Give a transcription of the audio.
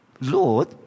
Lord